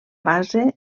base